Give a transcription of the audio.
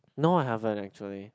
no I haven't actually